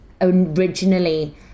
originally